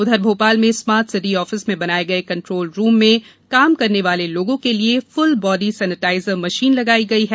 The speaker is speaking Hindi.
उधर भोपाल में स्मार्ट सिटी आफिस में बनाये गये कन्टोल रूम में काम करने वाले लोगों के लिए फुलबाडी सेनेटाइजर मशीन लगाई गई है